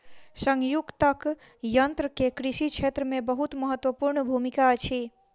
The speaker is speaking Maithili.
संयुक्तक यन्त्र के कृषि क्षेत्र मे बहुत महत्वपूर्ण भूमिका अछि